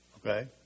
Okay